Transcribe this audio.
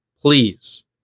please